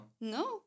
No